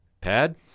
Pad